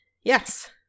Yes